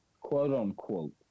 quote-unquote